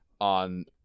on